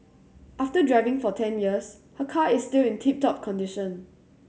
after driving for ten years her car is still in tip top condition